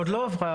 היא עוד לא עברה,